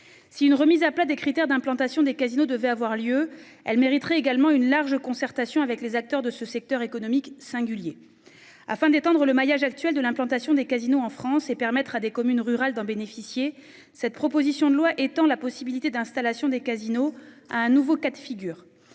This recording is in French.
Si une remise à plat des critères d'implantation des casinos devait avoir lieu, elle mériterait également une large concertation avec les acteurs de ce secteur économique singulier afin d'étendre le maillage actuel de l'implantation des casinos en France et permettre à des communes rurales d'en bénéficier. Cette proposition de loi étend la possibilité d'installation des casinos à un nouveau cas de figure.